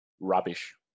Rubbish